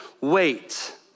Wait